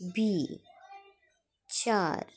बी चार